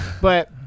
But-